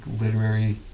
literary